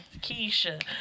Keisha